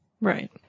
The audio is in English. Right